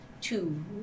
two